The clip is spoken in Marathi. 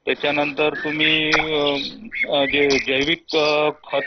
त्याच्यानंतर तुम्ही ते जैविक खतं